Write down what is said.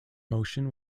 motion